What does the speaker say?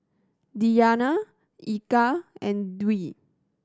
Diyana Eka and Dwi